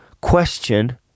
question